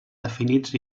definits